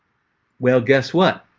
well guess what?